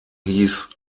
hieß